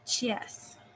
Yes